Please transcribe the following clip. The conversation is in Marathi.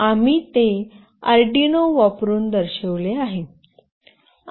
आम्ही ते अर्डिनो वापरून दर्शविले आहेत